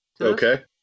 Okay